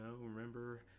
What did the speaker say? remember